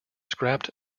scrapped